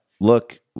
look